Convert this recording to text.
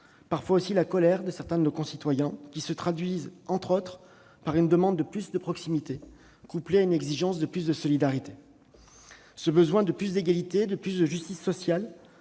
parfois aussi la colère, de certains de nos concitoyens, lesquelles se traduisent, entre autres, par une demande de plus de proximité, couplée à une exigence de plus de solidarité. Ce besoin de plus d'égalité et de plus de justice sociale,